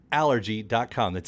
allergy.com